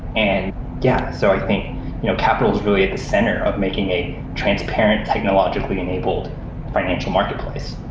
and yeah, so i think you know capital is really at the center of making a transparent technologically enabled financial marketplace